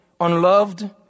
unloved